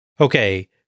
okay